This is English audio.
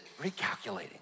recalculating